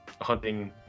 hunting